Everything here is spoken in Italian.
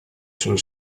sul